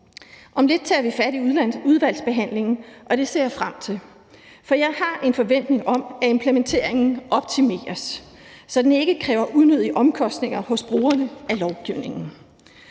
Om lidt tager vi fat i udvalgsbehandlingen, og det ser jeg frem til, for jeg har en forventning om, at implementeringen optimeres, så den ikke kræver unødige omkostninger hos brugerne af lovgivningen.